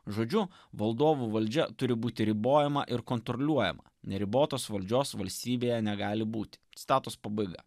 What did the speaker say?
žodžiu valdovų valdžia turi būti ribojama ir kontroliuojama neribotos valdžios valstybėje negali būti statūs pabaiga